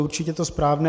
Určitě je to správné.